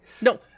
No